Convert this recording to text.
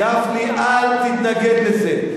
גפני, אל תתנגד לזה.